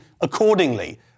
accordingly